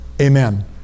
Amen